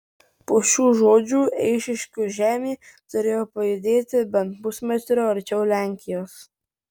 po šių žodžių eišiškių žemė turėjo pajudėti bent pusmetriu arčiau lenkijos